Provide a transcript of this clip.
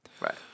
Right